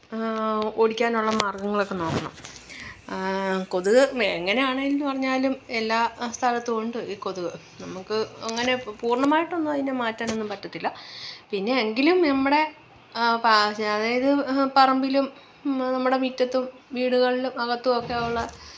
ഓടിക്കാനുള്ള മാര്ഗങ്ങളൊക്കെ നോക്കണം കൊതുക് മെ എങ്ങനെ ആണെന്ന് പറഞ്ഞാലും എല്ലാ സ്ഥലത്തും ഉണ്ട് ഈ കൊതുക് നമുക്ക് അങ്ങനെ പ് പൂര്ണ്ണമായിട്ടൊന്നും അതിനെ മാറ്റാനൊന്നും പറ്റത്തില്ല പിന്നെ എങ്കിലും നമ്മുടെ പാ ചാ അതായത് പറമ്പിലും നമ്മുടെ മിറ്റത്തും വീടുകളിലും അകത്തും ഒക്കെയുള്ള